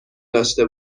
داشته